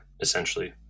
essentially